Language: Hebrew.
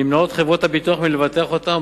נמנעות חברות הביטוח מלבטח אותם,